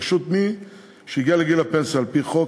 למי שהגיע לגיל הפנסיה על-פי חוק,